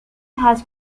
has